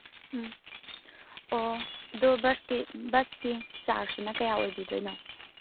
ꯎꯝ ꯑꯣ ꯑꯗꯣ ꯕꯁꯇꯤ ꯕꯁꯇꯤ ꯆꯥꯔꯖꯁꯤꯅ ꯀꯌꯥ ꯑꯣꯏꯕꯤꯗꯣꯏꯅꯣ